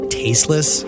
tasteless